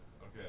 okay